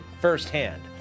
firsthand